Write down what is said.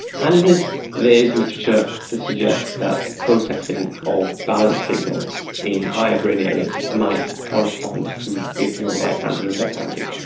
handedness, there is literature that suggests that processing of balance signals in higher brain areas might correspond to if you are right-handed or left-handed.